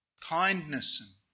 kindness